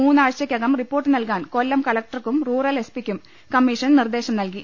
മൂന്നാഴ്ചക്കകം report നൽകാൻ കൊല്ലം കലക്ടർക്കും rural S പിക്കും കമ്മീഷൻ നിർദ്ദേശം നല്കി